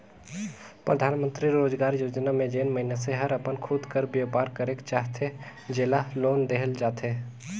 परधानमंतरी रोजगार योजना में जेन मइनसे हर अपन खुद कर बयपार करेक चाहथे जेला लोन देहल जाथे